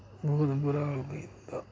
इ'यां बुरा हाल होई जंदा